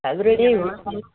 சதுர அடியே இவ்வளோ க